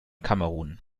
kamerun